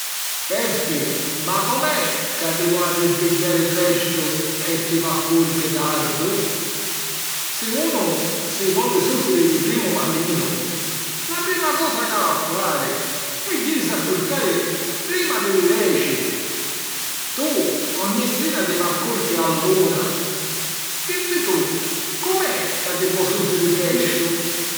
Peppi, ma com'è ca ti vo' arrisbigghiari prestu e ti va curchi tardu?!? Si unu si voli sùsiri di primu matinu, la prima cosa c'havi a fari è jìrisi a curcari prima di li deci. Tu ogni sira ti va' a curchi a l'una; dimmi tu: com'è ca ti po' sùsiri prestu?